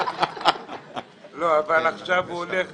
אבל עכשיו הוא הולך